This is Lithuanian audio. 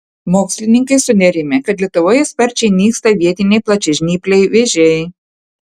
mokslininkai sunerimę kad lietuvoje sparčiai nyksta vietiniai plačiažnypliai vėžiai